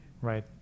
Right